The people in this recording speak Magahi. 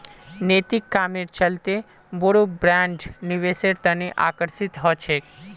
नैतिक कामेर चलते बोरो ब्रैंड निवेशेर तने आकर्षित ह छेक